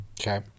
okay